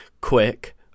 quick